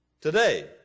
today